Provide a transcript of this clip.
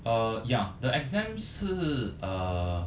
uh ya the exam~ 是 err